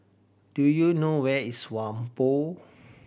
do you know where is Whampoa